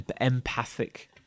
empathic